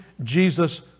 Jesus